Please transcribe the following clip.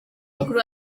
mukuru